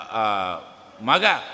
Maga